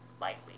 lightly